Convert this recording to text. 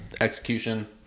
Execution